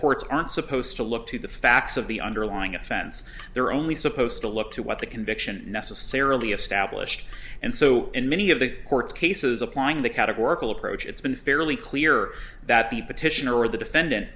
courts aren't supposed to look to the facts of the underlying offense they're only supposed to look to what the conviction necessarily established and so in many of the court's cases applying the categorical approach it's been fairly clear that the petitioner or the defendant